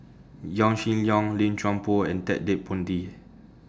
Yaw Shin Leong Lim Chuan Poh and Ted De Ponti